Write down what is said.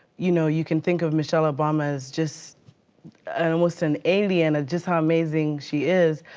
you know, you can think of michelle obama as just and almost an alien or just how amazing she is.